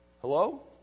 Hello